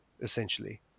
essentially